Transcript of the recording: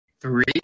three